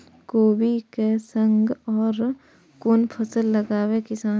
कोबी कै संग और कुन फसल लगावे किसान?